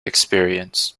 experience